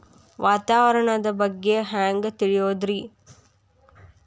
ವಾತಾವರಣದ ಬಗ್ಗೆ ಹ್ಯಾಂಗ್ ತಿಳಿಯೋದ್ರಿ?